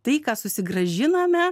tai ką susigrąžiname